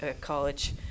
college